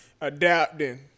adapting